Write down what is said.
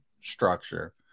structure